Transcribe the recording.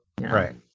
right